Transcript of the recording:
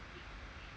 mm